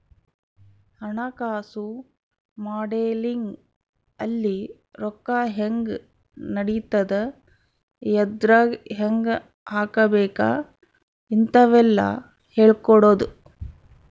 ಹಣಕಾಸು ಮಾಡೆಲಿಂಗ್ ಅಲ್ಲಿ ರೊಕ್ಕ ಹೆಂಗ್ ನಡಿತದ ಎದ್ರಾಗ್ ಹೆಂಗ ಹಾಕಬೇಕ ಇಂತವೆಲ್ಲ ಹೇಳ್ಕೊಡೋದು